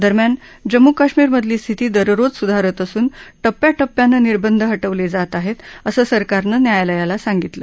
दरम्यान जम्मू कश्मीरमधली स्थिती दररोज सुधारत असून टप्प्याटप्प्यानं निर्बंध हटवले जात आहे असं सरकारनं न्यायालयाला सांगितलं